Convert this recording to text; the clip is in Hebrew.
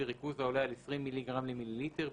בריכוז העולה על 20 מיליגרם למיליליטר,